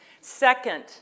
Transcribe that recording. Second